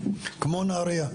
כמו נהריה.